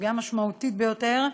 סוגיה משמעותית ביותר,